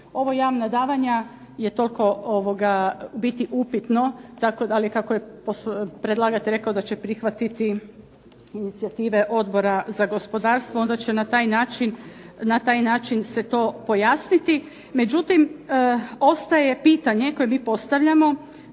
Ovo javna davanja je toliko u biti upitno, tako da li je predlagatelj rekao da će prihvatiti inicijative Odbora za gospodarstvo onda će na taj način se to pojasniti. Međutim, ostaje pitanje koje mi postavljamo,